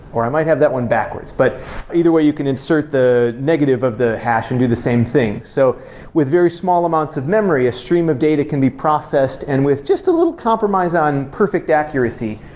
or i might have that one backwards. but either way, you can insert the negative of the hash and do the same thing. so with very small amounts of memory, a stream of data can be processed, and with just a little compromise on perfect accuracy,